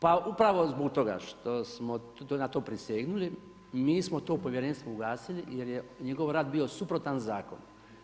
Pa upravo zbog toga što smo na to prisegnuli mi smo to povjerenstvo ugasili jer je njegov rad bio suprotan zakonu.